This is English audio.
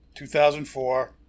2004